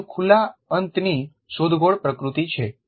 તે વધુ ખુલ્લા અંતની શોધખોળ પ્રકૃતિ છે